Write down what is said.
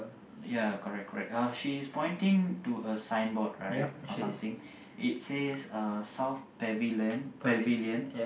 ya correct correct uh she is pointing to a signboard right or something it says uh South Pavillion Pavillion